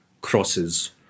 crosses